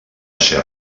ser